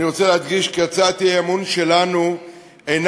אני רוצה להדגיש כי הצעת האי-אמון שלנו אינה